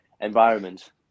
environment